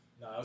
No